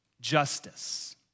justice